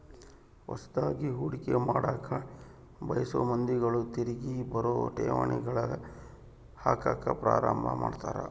ಹೊಸದ್ಗಿ ಹೂಡಿಕೆ ಮಾಡಕ ಬಯಸೊ ಮಂದಿಗಳು ತಿರಿಗಿ ಬರೊ ಠೇವಣಿಗಳಗ ಹಾಕಕ ಪ್ರಾರಂಭ ಮಾಡ್ತರ